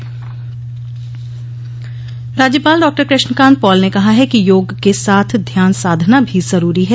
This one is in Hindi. समापन समारोह राज्यपाल डॉ कृष्ण कान्त पॉल ने कहा है कि योग के साथ ध्यान साधना भी जरूरी है